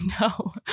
No